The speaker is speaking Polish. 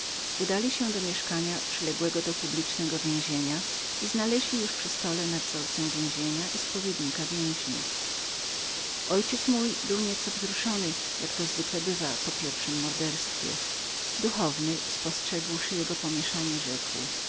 udali się do mieszkania przypartego do publicznego więzienia i znaleźli już przy stole dozorcę i spowiednika więźniów mój ojciec był nieco wzruszonym jak to zwykle bywa po pierwszem morderstwie duchowny spostrzegłszy jego pomieszanie rzekł